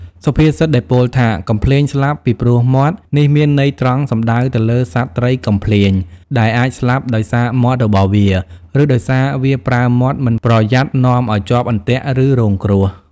សុភាសិតដែលពោលថា កំភ្លាញស្លាប់ពីព្រោះមាត់ នេះមានន័យត្រង់សំដៅទៅលើសត្វត្រីកំភ្លាញ ដែលអាចស្លាប់ដោយសារមាត់របស់វា ឬដោយសារវាប្រើមាត់មិនប្រយ័ត្ននាំឲ្យជាប់អន្ទាក់ ឬរងគ្រោះ។